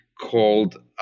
called